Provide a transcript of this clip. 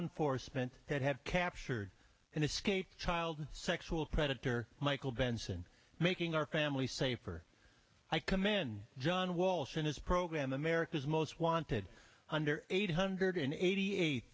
enforcement that have captured an escaped child sexual predator michael benson making our family safer i commend john walsh in his program america's most wanted under eight hundred eighty eight